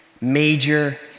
major